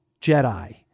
Jedi